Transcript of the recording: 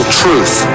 truth